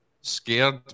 scared